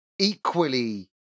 equally